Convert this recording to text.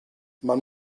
man